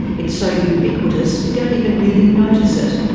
it's so ubiquitous we don't even really notice it.